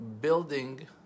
building